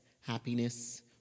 happiness